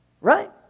Right